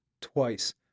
twice